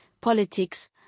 politics